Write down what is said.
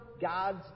God's